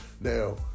Now